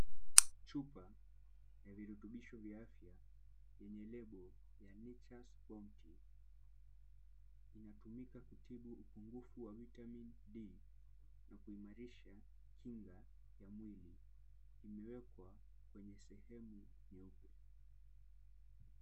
Chupa ya virutubisho vya afya yenye lebo Nature's Bounty inatumika kutibu upungufu wa Vitamini D na kuimarisha kinga ya mwili . Imewekwa kwenye sehemu nyeupe.